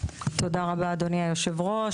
תודה רבה אדוני יושב הראש,